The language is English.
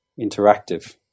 interactive